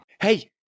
hey